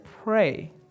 pray